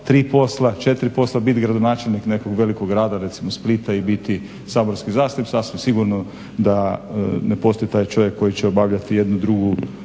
tri posla, četiri posla, biti gradonačelnik nekog velikog grada recimo Splita i biti saborski zastupnik. Sasvim sigurno da ne postoji taj čovjek koji će obavljati jednu